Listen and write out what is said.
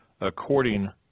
according